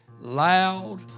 loud